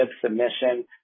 submission